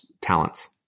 talents